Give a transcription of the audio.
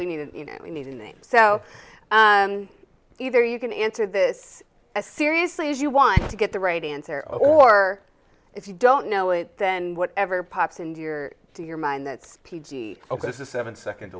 we need to you know we need a name so either you can answer this as seriously as you want to get the right answer or if you don't know it then whatever pops into your to your mind that's p g ok this is seven seconds